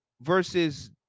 versus